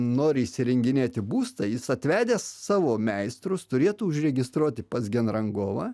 nori įsirenginėti būstą jis atvedęs savo meistrus turėtų užregistruoti pas genrangovą